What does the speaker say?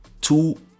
two